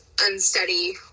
unsteady